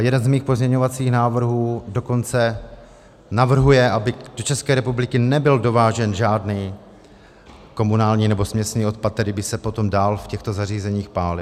Jeden z mých pozměňovacích návrhů dokonce navrhuje, aby do České republiky nebyl dovážen žádný komunální nebo směsný odpad, který by se potom dál v těchto zařízeních pálil.